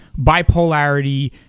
bipolarity